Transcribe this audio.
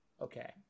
Okay